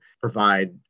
provide